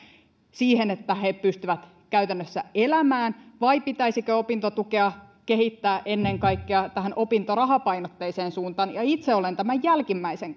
siihen että he pystyvät käytännössä elämään vai pitäisikö opintotukea kehittää ennen kaikkea tähän opintorahapainotteiseen suuntaan itse olen tämän jälkimmäisen